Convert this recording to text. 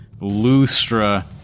Lustra